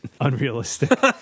unrealistic